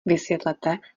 vysvětlete